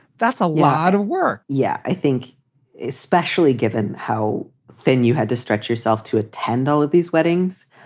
that's a lot of work yeah, i think especially given how thin you had to stretch yourself to attend all of these weddings,